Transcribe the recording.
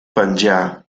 penjà